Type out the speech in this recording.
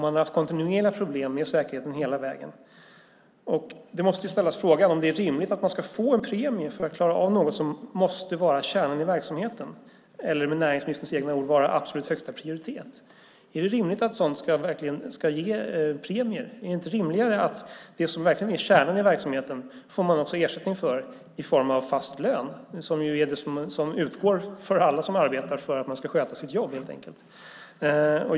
Man har haft kontinuerliga problem med säkerheten hela vägen. Frågan måste ställas om det är rimligt att man ska få en premie för att klara av något som måste vara kärnan i verksamheten eller, med näringsministerns egna ord, vara absolut högsta prioritet. Är det rimligt att sådant ska ge premier? Är det inte rimligare att det som är kärnan i verksamheten får man ersättning för i form av fast lön? Det är det som utgår för alla som arbetar för att man ska sköta sitt jobb helt enkelt.